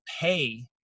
pay